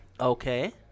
Okay